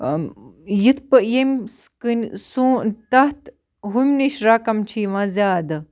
یِتھ پٲے ییٚمہِ سہٕ کٕنۍ سون تَتھ ہُم نِش رَقم چھِ یِوان زیادٕ